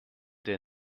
der